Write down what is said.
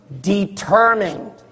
determined